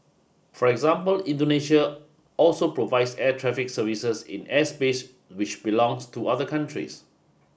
for example Indonesia also provides air traffic services in airspace which belongs to other countries